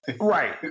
Right